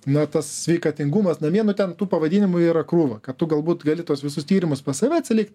na tas sveikatingumas namie nu ten tų pavadinimų yra krūva kad tu galbūt gali tuos visus tyrimus pas save atsilikti